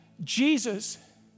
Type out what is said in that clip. Jesus